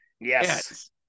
yes